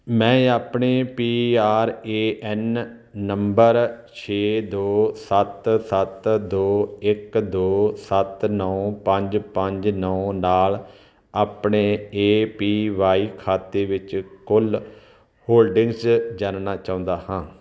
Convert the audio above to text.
ਮੈਂ ਆਪਣੇ P R A N ਨੰਬਰ ਛੇ ਦੋ ਸੱਤ ਸੱਤ ਦੋ ਇੱਕ ਦੋ ਸੱਤ ਨੌਂ ਪੰਜ ਪੰਜ ਨੌਂ ਨਾਲ ਆਪਣੇ ਏ ਪੀ ਵਾਈ ਖਾਤੇ ਵਿੱਚ ਕੁੱਲ ਹੋਲਡਿੰਗਜ਼ ਜਾਣਨਾ ਚਾਹੁੰਦਾ ਹਾਂ